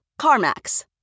CarMax